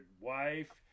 wife